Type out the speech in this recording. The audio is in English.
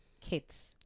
kids